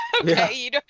okay